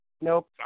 Nope